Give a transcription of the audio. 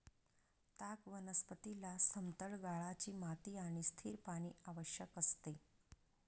ताग वनस्पतीला समतल गाळाची माती आणि स्थिर पाणी आवश्यक असते